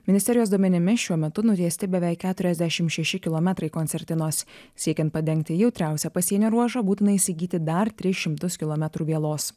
ministerijos duomenimis šiuo metu nutiesti beveik keturiasdešim šeši kilometrai koncertinos siekiant padengti jautriausią pasienio ruožą būtina įsigyti dar tris šimtus kilometrų vielos